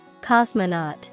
Cosmonaut